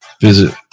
Visit